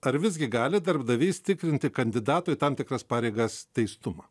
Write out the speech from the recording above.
ar visgi gali darbdavys tikrinti kandidatų į tam tikras pareigas teistumą